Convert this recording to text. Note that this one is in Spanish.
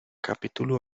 capítulo